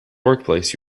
workplace